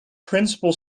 principal